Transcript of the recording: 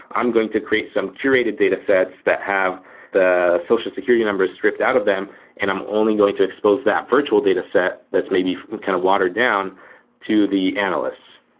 i'm going to create some curated datasets that have the social security numbers stripped out of them and i'm only going to expose that virtual dataset that's maybe kind of watered down to the analysts.